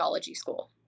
school